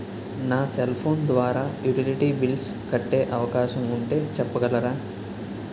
నా cell phone ద్వారా utility bills కట్టే అవకాశం ఉంటే చెప్పగలరా?